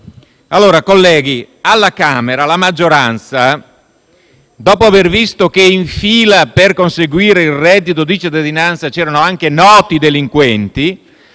punto. Colleghi, alla Camera la maggioranza, dopo aver visto che in fila per conseguire il reddito di cittadinanza c'erano anche noti delinquenti,